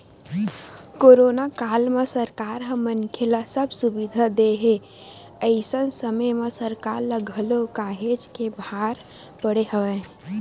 corona काल म सरकार ह मनखे ल सब सुबिधा देय हे अइसन समे म सरकार ल घलो काहेच के भार पड़े हवय